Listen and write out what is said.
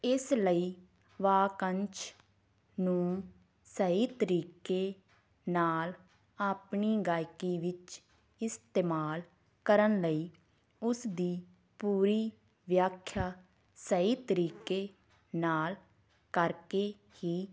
ਇਸ ਲਈ ਵਾਕੰਸ਼ ਨੂੰ ਸਹੀ ਤਰੀਕੇ ਨਾਲ ਆਪਣੀ ਗਾਇਕੀ ਵਿੱਚ ਇਸਤੇਮਾਲ ਕਰਨ ਲਈ ਉਸ ਦੀ ਪੂਰੀ ਵਿਆਖਿਆ ਸਹੀ ਤਰੀਕੇ ਨਾਲ ਕਰਕੇ ਹੀ